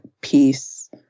peace